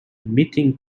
meeting